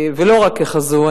ולא רק ככזו,